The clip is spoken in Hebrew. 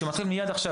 שמתחיל מיד עכשיו,